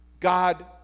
God